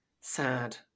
sad